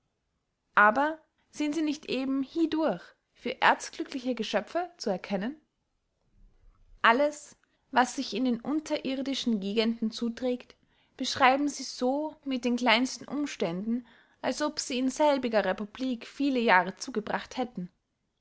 aber sind sie nicht eben hiedurch für erzglückliche geschöpfe zu erkennen alles was sich in den unterirdischen gegenden zuträgt beschreiben sie so mit den kleinsten umständen als ob sie in selbiger republik viele jahre zugebracht hätten